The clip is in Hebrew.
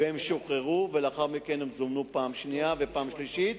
והם שוחררו ולאחר מכן הם זומנו פעם שנייה ופעם שלישית,